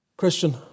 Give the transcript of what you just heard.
Christian